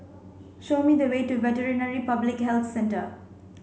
show me the way to Veterinary Public Health Centre